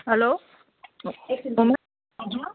hello एकछिन हजुर